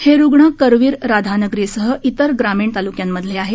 हे रुग्ण करवीर राधानगरीसह इतर ग्रामीण तालुक्यांमधले आहेत